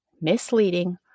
misleading